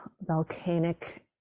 volcanic